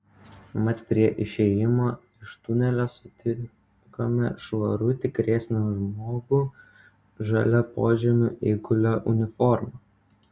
mat prie išėjimo iš tunelio sutikome švarutį kresną žmogų žalia požemių eigulio uniforma